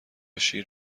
شیر